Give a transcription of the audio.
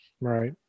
Right